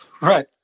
Right